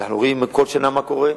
אנחנו רואים כל שנה מה קורה.